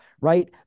Right